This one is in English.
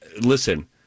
listen